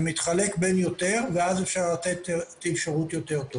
מתחלק בין יותר אתרים ואז אפשר לתת שירות טוב יותר.